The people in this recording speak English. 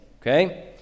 okay